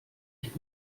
ich